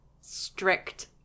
strict